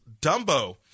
Dumbo